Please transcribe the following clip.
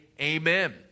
amen